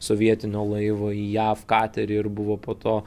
sovietinio laivo į jav katerį ir buvo po to